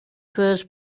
first